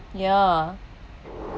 ya